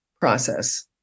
process